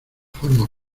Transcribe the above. forma